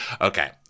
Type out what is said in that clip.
Okay